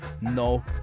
No